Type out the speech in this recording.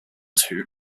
two